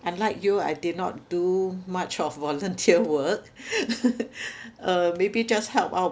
unlike you I did not do much of volunteer work uh maybe just help out